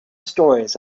stories